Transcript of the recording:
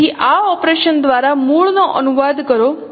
તેથી આ ઓપરેશન દ્વારા મૂળનો અનુવાદ કરો